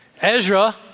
Ezra